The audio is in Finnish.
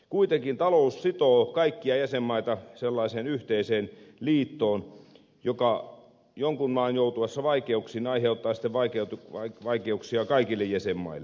kuitenkin talous sitoo kaikkia jäsenmaita sellaiseen yhteiseen liittoon joka jonkun maan joutuessa vaikeuksiin aiheuttaa vaikeuksia kaikille jäsenmaille